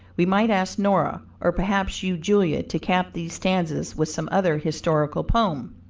we might ask nora, or perhaps you julia, to cap these stanzas with some other historical poem.